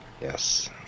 yes